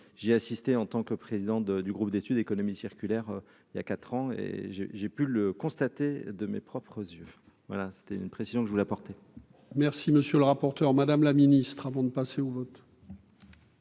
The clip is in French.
j'ai assisté en tant que président de du groupe d'étude d'économie circulaire, il y a 4 ans, et j'ai, j'ai pu le constater de mes propres yeux, voilà, c'était une précision que je vous apporter. Merci, monsieur le rapporteur, madame la ministre, avant de passer au vote.